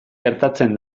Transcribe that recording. gertatzen